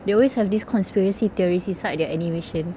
they always have these conspiracy theories inside their animation